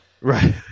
Right